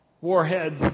Warheads